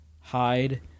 Hide